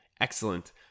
excellent